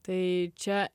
tai čia